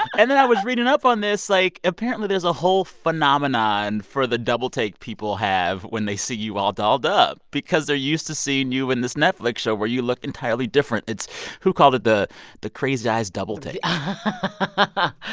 and then i was reading up on this like, apparently there's a whole phenomenon for the doubletake people have when they see you all dolled up because they're used to seeing you in this netflix show where you look entirely different. it's who called it the the crazy eyes double take?